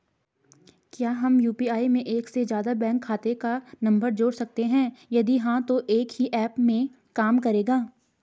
क्या हम यु.पी.आई में एक से ज़्यादा बैंक खाते का नम्बर जोड़ सकते हैं यदि हाँ तो एक ही ऐप में काम करेगा?